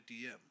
DM